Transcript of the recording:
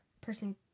person